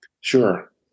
Sure